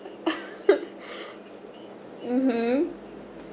mmhmm